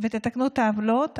ותתקנו את העוולות.